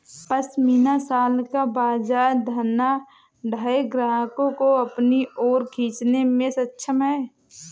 pashmina shawl का बाजार धनाढ्य ग्राहकों को अपनी ओर खींचने में सक्षम है